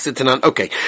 Okay